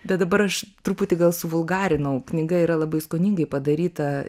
bet dabar aš truputį gal suvulgarinau knyga yra labai skoningai padaryta